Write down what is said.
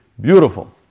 Beautiful